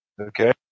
Okay